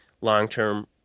long-term